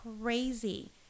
crazy